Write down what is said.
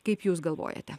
kaip jūs galvojate